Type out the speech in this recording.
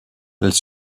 elle